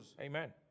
Amen